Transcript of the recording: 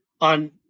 on